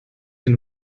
den